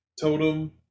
totem